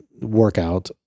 workout